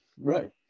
right